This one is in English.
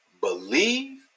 believe